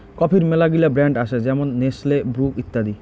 কফির মেলাগিলা ব্র্যান্ড আসে যেমন নেসলে, ব্রু ইত্যাদি